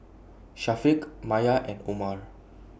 Syafiq Maya and Omar